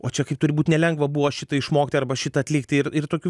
o čia kaip turi būt nelengva buvo šitą išmokti arba šitą atlikti ir ir tokių